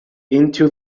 into